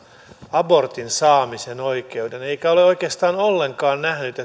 abortin saamisen oikeuden eikä ole oikeastaan ollenkaan nähnyt